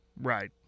Right